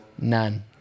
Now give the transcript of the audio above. None